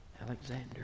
Alexander